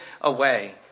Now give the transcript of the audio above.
away